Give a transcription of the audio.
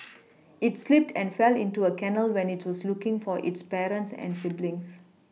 it slipped and fell into a canal when it was looking for its parents and siblings